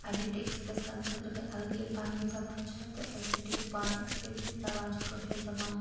آیڈیٚٹِٹی express کرنہٕ خٲطرٕ گٔے الگٕے پَننی زبان چھِ تہٕ اَڈیڈیٚنٹٹی گَژھہِ پانٔے ایٚکٕسپرٛیٚس زبان چھِ کٲشِر زَبان